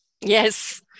yes